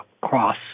cross